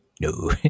No